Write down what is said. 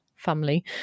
family